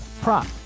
prop